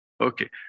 Okay